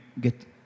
get